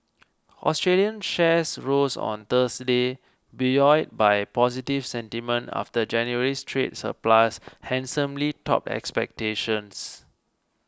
Australian shares rose on Thursday buoyed by positive sentiment after January's trade surplus handsomely topped expectations